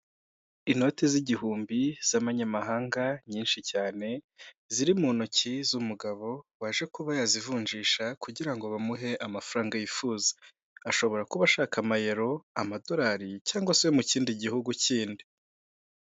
Inoti z'igihumbi z'amanyamahanga nyinshi cyane, ziri mu ntoki z'umugabo waje kuba yazivunjisha kugira ngo bamuhe amafaranga yifuza, ashobora kuba ashaka amayero, amadolari cyangwa se ayo mu kindi gihugu kindi.